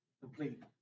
complete